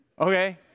Okay